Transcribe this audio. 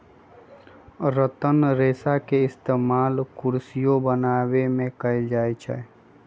रतन रेशा के इस्तेमाल कुरसियो बनावे में कएल जाई छई